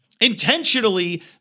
intentionally